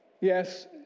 Yes